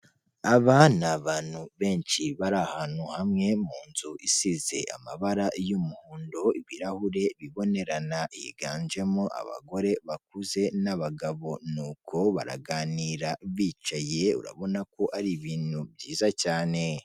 Aba ni abantu benshi bari ahantu hamwe mu nzu isize amabara y'umuhondo, ibirahure bibonerana, higanjemo abagore bakuze n'abagabo, nuko baraganira bicaye, urabona ko ari ibintu byiza cyane.